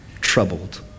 troubled